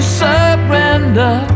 surrender